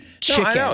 chicken